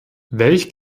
welch